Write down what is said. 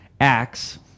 Acts